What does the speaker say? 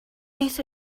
beth